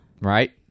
Right